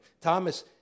Thomas